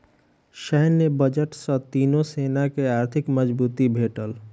सैन्य बजट सॅ तीनो सेना के आर्थिक मजबूती भेटल